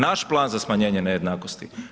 Naš plan za smanjenje nejednakosti.